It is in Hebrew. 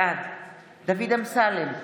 בעד דוד אמסלם,